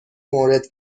مورد